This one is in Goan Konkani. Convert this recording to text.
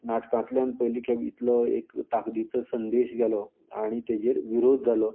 नाटकांतल्यान पयली खेप इतलो ताकदीचो संदेश गेलो आनी तेजेर विरोध जालो आनी